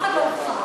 אף אחד לא יבחר.